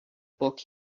book